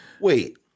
Wait